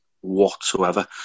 whatsoever